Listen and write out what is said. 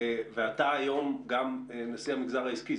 ואתה היום גם נשיא המגזר העסקי,